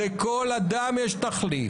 לכל אדם יש תחליף.